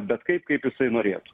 bet kaip kaip jisai norėtų